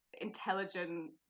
intelligent